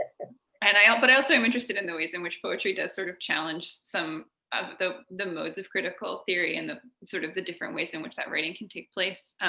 and ah but i also am interested in the ways in which poetry does sort of challenge some of the the modes of critical theory and the sort of the different ways in which that writing can take place.